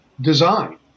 design